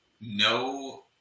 no